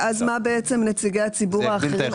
ואז מה בעצם נציגי ציבור האחרים,